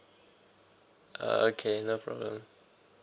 okay no problem